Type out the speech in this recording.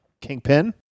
Kingpin